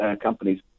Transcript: companies